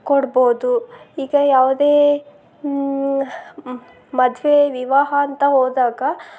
ಕೊಡ್ಬೋದು ಈಗ ಯಾವುದೇ ಮದುವೆ ವಿವಾಹ ಅಂತ ಹೋದಾಗ